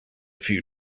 few